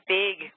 big